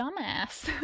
dumbass